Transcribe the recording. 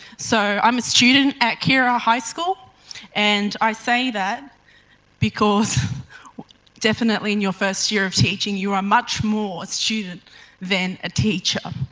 so, i'm a student at keira high school and i say that because definitely and your first year of teaching you are much more a student than a teacher.